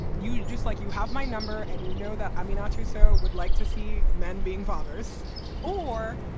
you just like you have my number and you know that. i mean, not you. sarah would like to see men being fathers or,